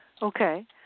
Okay